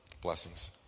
Blessings